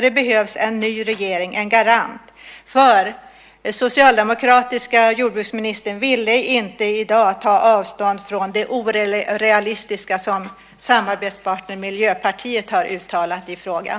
Det behövs en ny regering, en garant, för den socialdemokratiska jordbruksministern vill inte i dag ta avstånd från det orealistiska som samarbetspartnern Miljöpartiet har uttalat i frågan.